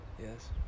Yes